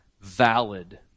valid